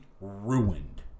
ruined